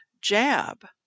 jab